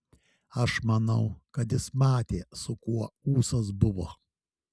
aš manau kad jis matė su kuo ūsas buvo